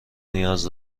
نیاز